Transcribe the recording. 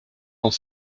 dans